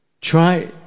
Try